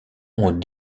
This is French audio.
ont